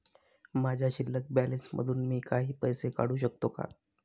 माझ्या शिल्लक बॅलन्स मधून मी काही पैसे काढू शकतो का?